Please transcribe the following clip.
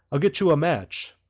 i'll get you a match,